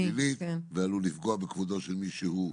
שלילית ועלול לפגוע בכבודו של מישהו,